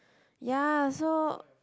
ya so